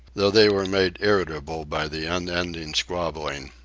though they were made irritable by the unending squabbling.